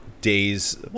days